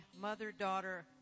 Mother-Daughter